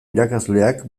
irakasleak